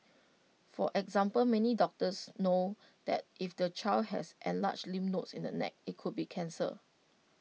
for example many doctors know that if the child has enlarged lymph nodes in the neck IT could be cancer